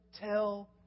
tell